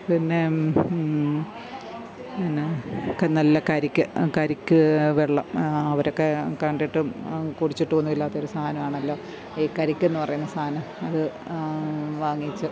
പിന്നെ ക്ക് നല്ല കരിക്ക് ആ കരിക്ക് വെള്ളം അവരൊക്കെ കണ്ടിട്ടും കുടിച്ചിട്ടുമൊന്നും ഇല്ലാത്തൊരു സാധനമാണല്ലോ ഈ കരിക്കെന്ന് പറയുന്ന സാധനം അത് വാങ്ങിച്ച്